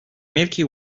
milky